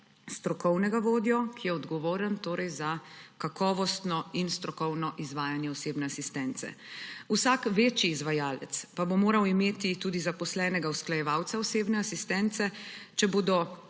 strokovnega vodjo, ki je odgovoren torej za kakovostno in strokovno izvajanje osebne asistence. Vsak večji izvajalec pa bo moral imeti tudi zaposlenega usklajevalca osebne asistence, če bodo